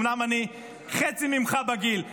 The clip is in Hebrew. אומנם אני חצי ממך בגיל,